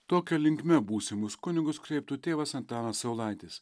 tokia linkme būsimus kunigus kreiptų tėvas antanas saulaitis